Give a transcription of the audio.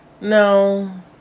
No